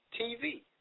TV